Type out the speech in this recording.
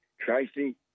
Tracy